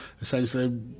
Essentially